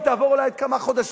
היא תעבור אולי בעוד כמה חודשים,